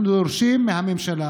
אנחנו דורשים מהממשלה